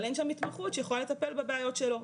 אבל אין שם התמחות שיכולה לטפל בבעיות שלו,